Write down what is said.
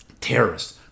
Terrorists